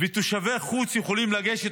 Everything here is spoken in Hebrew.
ותושבי החוץ יכולים לגשת,